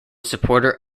supporter